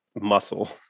muscle